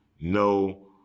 no